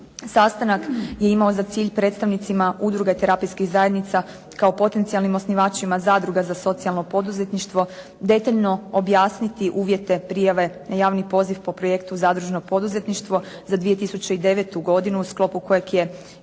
Sastanak je imao za cilj predstavnicima udruga i terapijskih zajednica kao potencijalnim osnivačima zadruga za socijalno poduzetništvo detaljno objasniti uvjete prijave na javni poziv po projektu zadružno poduzetništvo za 2009. godinu, u sklopu kojeg je